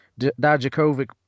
Djokovic